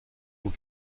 aux